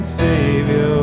savior